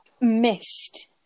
missed